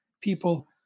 people